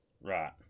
Right